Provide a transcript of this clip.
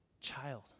child